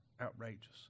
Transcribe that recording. outrageous